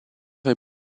est